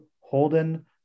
holden